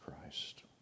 Christ